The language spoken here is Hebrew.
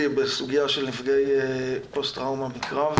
בסוגיה של נפגעי פוסט טראומה וטראומה,